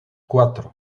cuatro